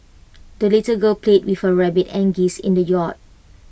the little girl played with her rabbit and geese in the yard